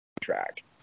track